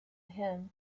him